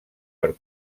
per